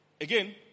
Again